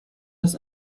aus